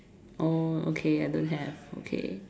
oh okay I don't have okay